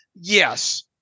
Yes